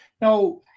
Now